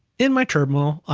in my terminal,